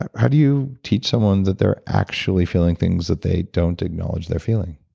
ah how do you teach someone that they're actually feeling things that they don't acknowledge they're feeling?